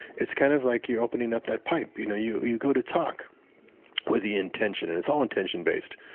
it's kind of like you're opening up that pipe. you know you you go to talk with the intention, and it's all intention based,